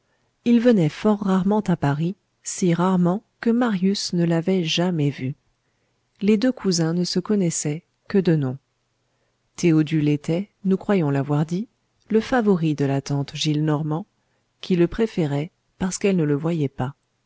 il venait fort rarement à paris si rarement que marius ne l'avait jamais vu les deux cousins ne se connaissaient que de nom théodule était nous croyons l'avoir dit le favori de la tante gillenormand qui le préférait parce qu'elle ne le voyait pas